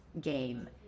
game